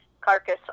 carcass